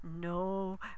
No